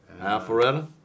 Alpharetta